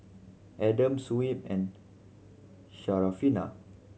Adam Shuib and Syarafina